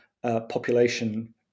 Population